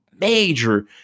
major